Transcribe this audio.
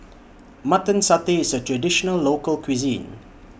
Mutton Satay IS A Traditional Local Cuisine